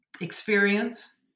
experience